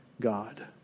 God